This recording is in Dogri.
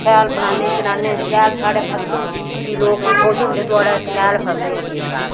शैल बनान्ने चनान्नै शैल साढ़ै फसल होंदी फ्ही लोक बी खुश होंदे थुआढ़ै शैल फसल होई दी इस साल